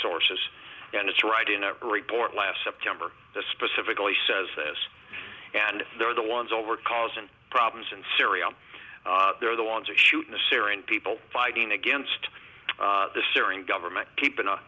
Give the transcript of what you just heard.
sources and it's writing a report last september the specifically says s and they're the ones over causing problems in syria and they're the ones who shoot the syrian people fighting against the syrian government keeping